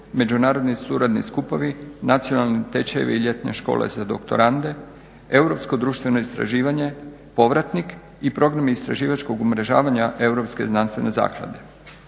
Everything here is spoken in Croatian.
Međunarodni suradni skupovi, nacionalni tečajevi i ljetne škole da doktorande, Europsko društveno istraživanje, Povratnik i Programi istraživačkog umrežavanja Europske znanstvene zaklade.